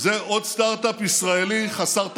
זה עוד סטרטאפ ישראלי חסר תקדים,